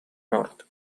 nord